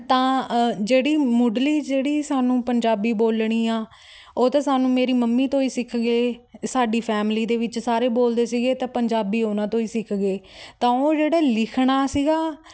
ਤਾਂ ਜਿਹੜੀ ਮੁੱਢਲੀ ਜਿਹੜੀ ਸਾਨੂੰ ਪੰਜਾਬੀ ਬੋਲਣੀ ਆ ਉਹ ਤਾਂ ਸਾਨੂੰ ਮੇਰੀ ਮੰਮੀ ਤੋਂ ਹੀ ਸਿੱਖ ਗਏ ਸਾਡੀ ਫੈਮਿਲੀ ਦੇ ਵਿੱਚ ਸਾਰੇ ਬੋਲਦੇ ਸੀਗੇ ਤਾਂ ਪੰਜਾਬੀ ਉਹਨਾਂ ਤੋਂ ਹੀ ਸਿੱਖ ਗਏ ਤਾਂ ਉਹ ਜਿਹੜੇ ਲਿਖਣਾ ਸੀਗਾ